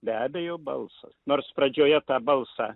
be abejo balsas nors pradžioje tą balsą